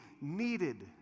needed